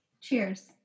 Cheers